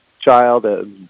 child